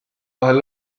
vahel